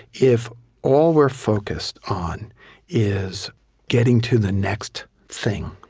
if all we're focused on is getting to the next thing